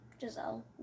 Giselle